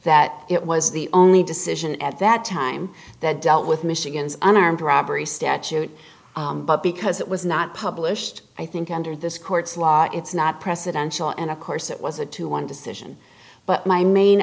that it was the only decision at that time that dealt with michigan's an armed robbery statute but because it was not published i think under this court's law it's not presidential and of course it was a two one decision but my main